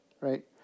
Right